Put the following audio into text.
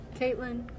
Caitlin